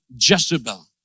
Jezebel